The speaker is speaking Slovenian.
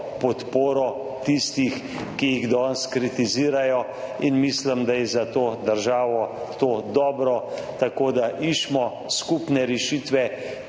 podporo tistih, ki jih danes kritizirajo. In mislim, da je za to državo to dobro, tako da iščimo skupne rešitve,